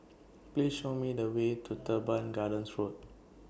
Please Show Me The Way to Teban Gardens Road